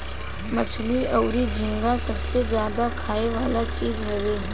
मछली अउरी झींगा सबसे ज्यादा खाए वाला चीज हवे